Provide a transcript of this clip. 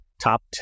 top